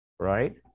right